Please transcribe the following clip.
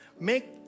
Make